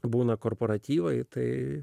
būna korporatyvai tai